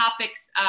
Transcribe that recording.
topics